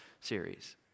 series